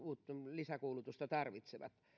lisäkoulutusta tarvitsevat